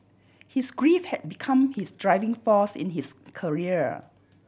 his grief had become his driving force in his career